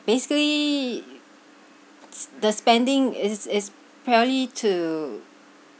basically s~ the spending is is fairly to